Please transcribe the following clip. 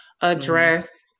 address